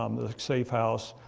um the safe house.